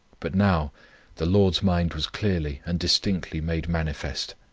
but now the lord's mind was clearly and distinctly made manifest.